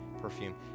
perfume